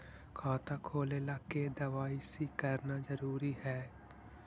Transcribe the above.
खाता खोले ला के दवाई सी करना जरूरी है?